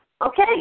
Okay